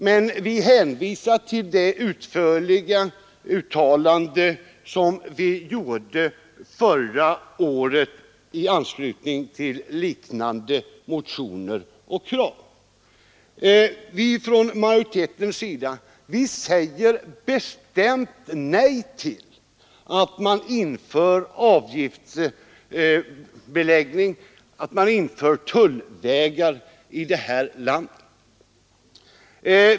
Men vi hänvisar till det utförliga uttalande som vi gjorde förra året i anslutning till liknande motioner och krav. Från majoritetens sida säger vi alltså bestämt nej till att man inför tullvägar i det här landet.